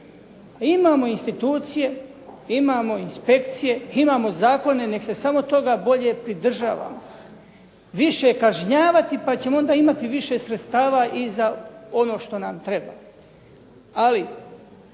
imamo institucije, imamo inspekcije, imamo zakone. Nek' se samo toga bolje pridržavamo. Više kažnjavati pa ćemo onda imati više sredstava i za ono što nam treba. Ali